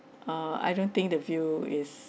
uh I don't think the view is